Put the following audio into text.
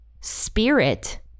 spirit